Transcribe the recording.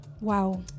Wow